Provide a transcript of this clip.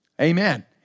Amen